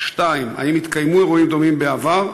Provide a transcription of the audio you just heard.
2. האם התקיימו אירועים דומים בעבר?